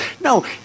No